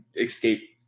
escape